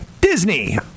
Disney